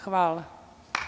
Hvala.